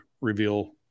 reveal